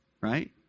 right